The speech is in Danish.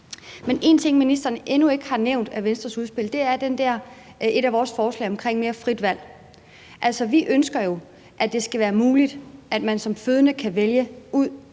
én ting, som ministeren endnu ikke har nævnt fra Venstres udspil, er et af vores forslag omkring mere frit valg. Altså, vi ønsker jo, at det skal være muligt, at man som fødende kan vælge